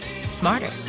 smarter